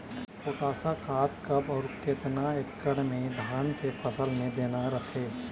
Potash खाद कब अऊ केतना एकड़ मे धान के फसल मे देना रथे?